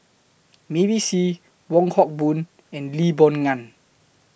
Mavis Hee Wong Hock Boon and Lee Boon Ngan